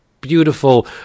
beautiful